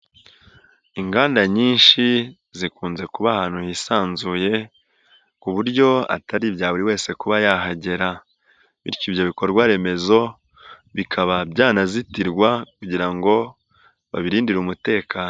Inganda nyinshi zikunze kuba ahantu hisanzuye ku buryo atari ibya buri wese kuba yahagera, bityo ibyo bikorwaremezo bikaba byanazitirwa kugira ngo baribirindire umutekano.